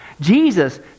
Jesus